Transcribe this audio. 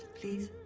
please?